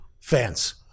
fans